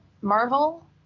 Marvel